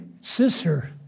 sister